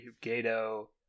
Gato